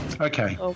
okay